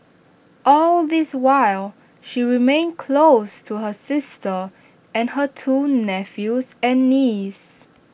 all this while she remained close to her sister and her two nephews and niece